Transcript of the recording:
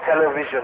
television